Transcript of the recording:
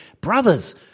brothers